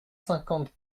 cinquante